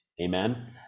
Amen